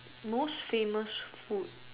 most famous food